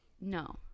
no